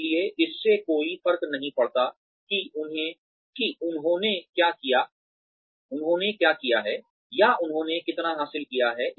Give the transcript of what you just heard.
इसलिए इससे कोई फर्क नहीं पड़ता कि उन्होंने क्या किया है या उन्होंने कितना हासिल किया है